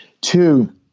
Two